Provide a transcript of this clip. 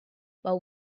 while